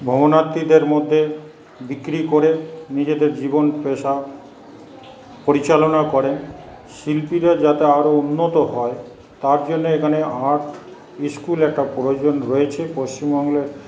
ভ্রমণার্থীদের মধ্যে বিক্রি করে নিজেদের জীবন পেশা পরিচালনা করেন শিল্পীরা যাতে আরো উন্নত হয় তারজন্যে এখানে আর্ট স্কুল একটা প্রয়োজন রয়েছে পশ্চিমবঙ্গের